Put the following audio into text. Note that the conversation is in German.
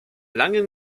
langen